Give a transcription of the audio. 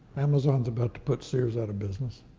amazon's about to put sears out of business.